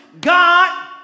God